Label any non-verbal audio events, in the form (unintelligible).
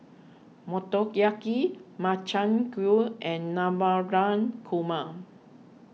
Motoyaki Makchang Gui and (unintelligible) Koo ma